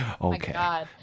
Okay